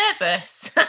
nervous